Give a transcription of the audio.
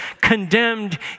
condemned